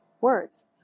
words